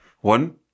One